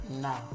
now